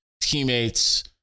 teammates